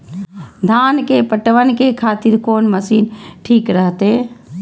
धान के पटवन के खातिर कोन मशीन ठीक रहते?